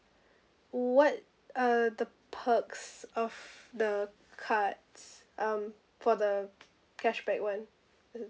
what are the perks of the cards um for the cashback one